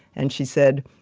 and she said,